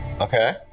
Okay